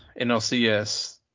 NLCS